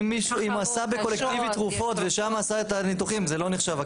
אם הוא עשה בקולקטיבי תרופות ושם עשה את הניתוחים זה לא נחשב.